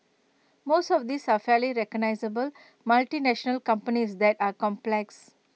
most of these are fairly recognisable multinational companies that are complex